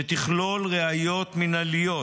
שתכלול ראיות מינהליות